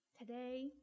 today